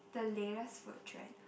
the latest food trend